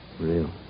Real